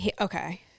Okay